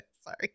Sorry